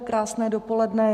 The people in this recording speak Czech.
Krásné dopoledne.